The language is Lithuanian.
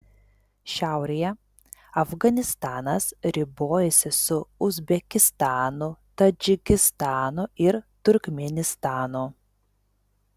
šiaurėje afganistanas ribojasi su uzbekistanu tadžikistanu ir turkmėnistanu